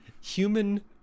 Human